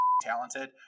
talented